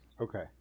Okay